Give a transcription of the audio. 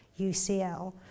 UCL